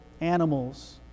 animals